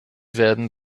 werden